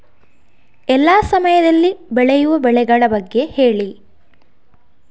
ಎಲ್ಲಾ ಸಮಯದಲ್ಲಿ ಬೆಳೆಯುವ ಬೆಳೆಗಳ ಬಗ್ಗೆ ಹೇಳಿ